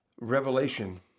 Revelation